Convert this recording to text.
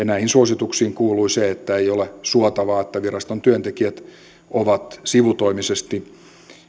näihin suosituksiin kuuluu se että ei ole suotavaa että viraston työntekijät ovat sivutoimisesti